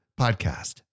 podcast